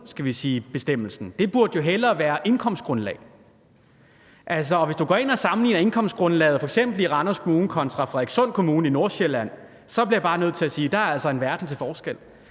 Det burde mere være indkomstgrundlaget. Og hvis du går ind og sammenligner indkomstgrundlaget i f.eks. Randers Kommune kontra Frederikssund Kommune i Nordsjælland, bliver jeg bare nødt til at sige at der altså er en verden til forskel